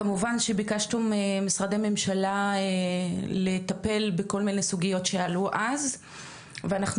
כמובן שביקשנו ממשרדי הממשלה לטפל בכל מיני סוגיות שעלו אז ואנחנו